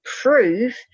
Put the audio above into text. prove